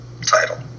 title